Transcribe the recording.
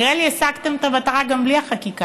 נראה לי שהשגתם את המטרה גם בלי החקיקה.